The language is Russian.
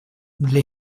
для